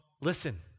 listen